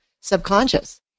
subconscious